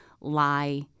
lie